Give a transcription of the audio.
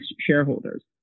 shareholders